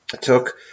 took